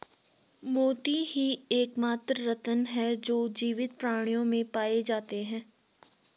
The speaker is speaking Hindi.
मोती ही एकमात्र रत्न है जो जीवित प्राणियों में पाए जाते है